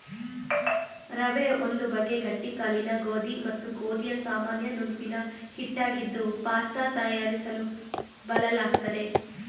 ರವೆ ಒಂದು ಬಗೆ ಗಟ್ಟಿ ಕಾಳಿನ ಗೋಧಿ ಮತ್ತು ಗೋಧಿಯ ಸಾಮಾನ್ಯ ನುಣುಪಿನ ಹಿಟ್ಟಾಗಿದ್ದು ಪಾಸ್ತ ತಯಾರಿಸಲು ಬಳಲಾಗ್ತದೆ